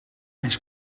eens